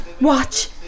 watch